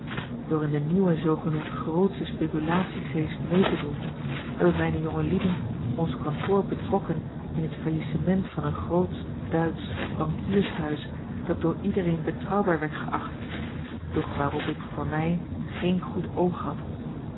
door in dien nieuwen zoogenoemd grootschen speculatiegeest mee te doen hebben mijne jongelieden ons kantoor betrokken in het faillissement van een groot duitsch bankiershuis dat door iedereen betrouwbaar werd geacht doch waarop ik voor mij geen goed oog had